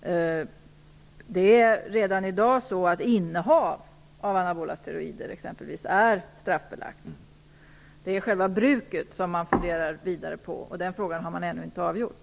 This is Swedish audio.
Innehav av anabola steroider är straffbelagt. Det är själva bruket som man funderar vidare på, och den frågan har man ännu inte avgjort.